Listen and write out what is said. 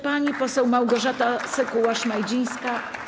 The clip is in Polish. Pani poseł Małgorzata Sekuła-Szmajdzińska.